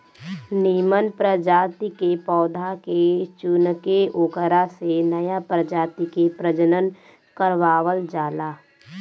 निमन प्रजाति के पौधा के चुनके ओकरा से नया प्रजाति के प्रजनन करवावल जाला